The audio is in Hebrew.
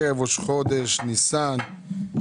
ערב ראש חודש אייר,